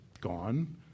gone